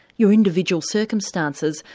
your individual circumstances,